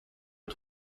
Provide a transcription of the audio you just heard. aux